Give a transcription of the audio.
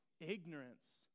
Ignorance